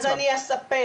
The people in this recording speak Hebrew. כן.